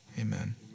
amen